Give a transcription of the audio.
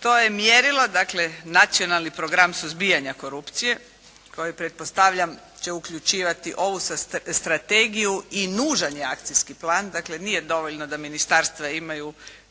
to je mjerilo, dakle, Nacionalni program suzbijanja korupcije, koji pretpostavljam će uključivati ovu strategiju i nužan je akcijski plan. Dakle, nije dovoljno da ministarstva imaju,